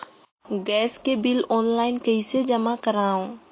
Gas के bill online कइसे जमा करव?